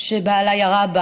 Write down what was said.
שבעלה ירה בה.